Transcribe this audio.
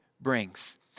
brings